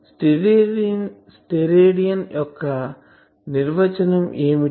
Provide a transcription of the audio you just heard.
steradian యొక్క నిర్వచనం ఏమిటి